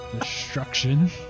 Destruction